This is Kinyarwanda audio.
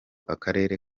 akarere